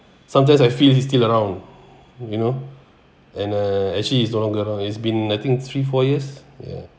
sometimes I feel he's still around you know and uh actually he's no longer around it's been I think three four years ya